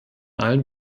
allen